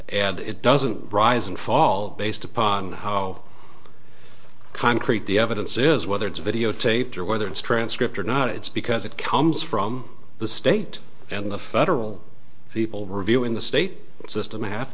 and it doesn't rise and fall based upon how concrete the evidence is whether it's videotaped or whether it's transcript or not it's because it comes from the state and the federal people reviewing the state system have